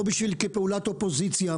לא כפעולת אופוזיציה,